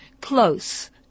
Close